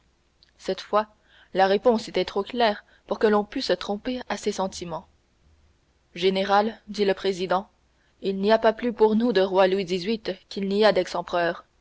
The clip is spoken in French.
cette fois la réponse était trop claire pour que l'on pût se tromper à ses sentiments général dit le président il n'y a pas plus pour nous de roi louis xviii qu'il n'y a